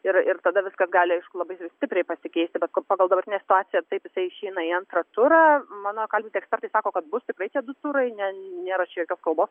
ir ir tada viskas gali aišku labai stipriai pasikeisti bet pagal dabartinę situaciją taip jisai išeina į antrą turą mano kalbinti ekspertai sako kad bus tikrai tie du turai ne nėra čia jokios kalbos